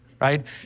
right